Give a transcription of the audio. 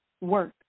work